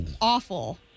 awful